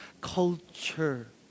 culture